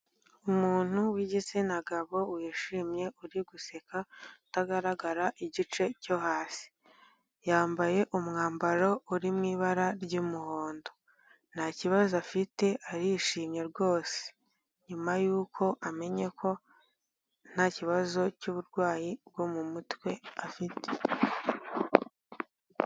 Umuntu w'igitsina gabo wishimye uri guseka utagaragara igice cyo hasi, yambaye umwambaro uri mu ibara ry'umuhondo, nta kibazo afite arishimye rwose nyuma yuko amenye ko ntabazo cy'uburwayi bwo mu mutwe afite.